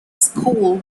schools